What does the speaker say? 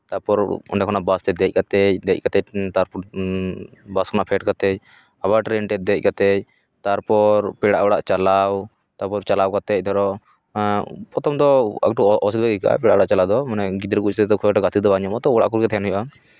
ᱛᱟᱨᱯᱚᱨ ᱚᱸᱰᱮ ᱠᱷᱚᱱᱟᱜ ᱵᱟᱥ ᱨᱮ ᱫᱮᱡ ᱠᱟᱛᱮᱜ ᱛᱟᱨᱯᱚᱨ ᱵᱟᱥ ᱠᱷᱚᱱᱟᱜ ᱯᱷᱮᱰ ᱠᱟᱛᱮᱜ ᱟᱵᱟᱨ ᱴᱨᱮᱹᱱ ᱨᱮ ᱫᱮᱡ ᱠᱟᱛᱮᱜ ᱛᱟᱨᱯᱚᱨ ᱯᱮᱲᱟ ᱚᱲᱟᱜ ᱪᱟᱞᱟᱣ ᱛᱟᱨᱯᱚᱨ ᱪᱟᱞᱟᱣ ᱠᱟᱛᱮᱜ ᱫᱷᱚᱨᱚ ᱯᱨᱚᱛᱷᱚᱢ ᱫᱚ ᱮᱠᱴᱩ ᱚᱥᱩᱵᱤᱫᱷᱟ ᱜᱮ ᱟᱹᱭᱠᱟᱹᱜᱼᱟ ᱯᱮᱲᱟ ᱚᱲᱟᱜ ᱪᱟᱞᱟᱣ ᱫᱚ ᱢᱟᱱᱮ ᱜᱤᱫᱽᱨᱟᱹ ᱵᱚᱭᱚᱥ ᱨᱮ ᱠᱷᱩᱵᱽ ᱮᱠᱴᱟ ᱜᱟᱛᱮ ᱫᱚ ᱵᱟᱝ ᱧᱟᱢᱚᱜᱼᱟ ᱛᱚ ᱚᱲᱟᱜ ᱠᱚᱨᱮ ᱜᱮ ᱛᱟᱦᱮᱱ ᱦᱩᱭᱩᱜᱼᱟ